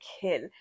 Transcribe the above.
kid